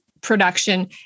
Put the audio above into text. production